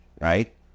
right